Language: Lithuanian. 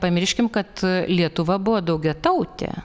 pamirškim kad lietuva buvo daugiatautė